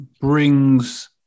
brings